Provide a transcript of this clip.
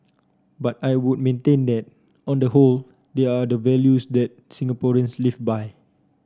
but I would maintain that on the whole they are the values that Singaporeans live by